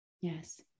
Yes